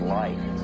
life